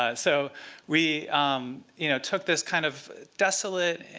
ah so we um you know took this kind of desolate,